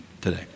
today